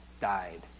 died